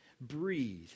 Breathe